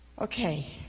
Okay